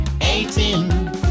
eighteen